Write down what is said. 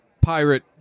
pirate